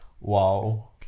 wow